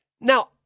Now